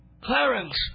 Clarence